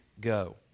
go